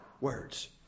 words